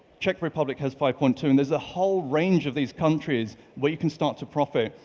czech republic has five point two and there's a whole range of these countries where you can start to profit.